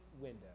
window